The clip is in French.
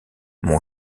mon